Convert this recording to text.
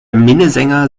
minnesänger